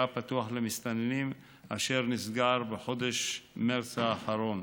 הפתוח למסתננים אשר נסגר בחודש מרס האחרון.